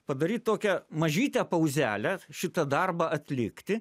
padaryt tokią mažytę pauzelę šitą darbą atlikti